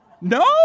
No